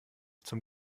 zum